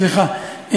סליחה.